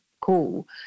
cool